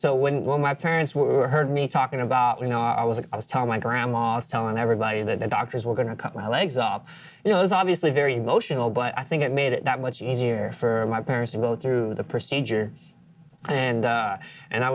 so when when my parents were heard me talking about you know i was i was told my grandma was telling everybody that the doctors were going to cut my legs up you know it's obviously very emotional but i think it made it that much easier for my parents to go through the procedure and and i